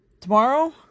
tomorrow